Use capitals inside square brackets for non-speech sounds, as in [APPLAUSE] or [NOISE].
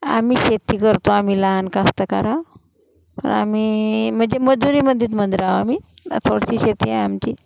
आम्ही शेती करतो आम्ही लहान कास्तकारावं आम्ही म्हणजे मजुरीमध्येच [UNINTELLIGIBLE] आम्ही थोडीशी शेती आहे आमची